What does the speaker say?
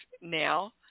now